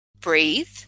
breathe